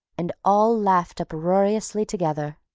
and all laughed uproariously together.